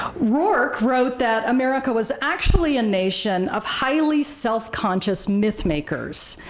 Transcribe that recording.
rourke wrote that america was actually a nation of highly self-conscious myth makers,